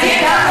החרדים גם